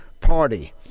party